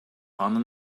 анын